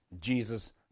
Jesus